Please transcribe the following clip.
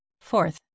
Fourth